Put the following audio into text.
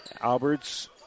Alberts